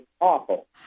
Awful